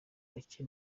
bake